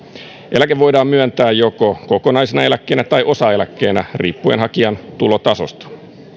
eläke voidaan myöntää joko kokonaisena eläkkeenä tai osaeläkkeenä riippuen hakijan tulotasosta